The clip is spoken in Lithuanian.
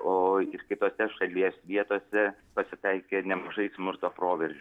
o ir kitose šalies vietose pasitaikė nemažai smurto proveržių